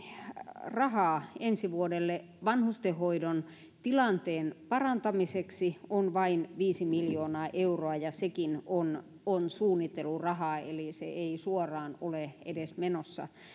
rahaa ensi vuodelle vanhustenhoidon tilanteen parantamiseksi on vain viisi miljoonaa euroa ja sekin on on suunnittelurahaa eli se ei suoraan ole edes menossa